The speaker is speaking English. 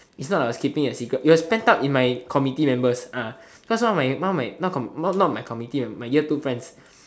it's not I was keeping a secret it was pent up in my committee members ah cause one of my one of my not comm~ not not my committee mem~ my year two friends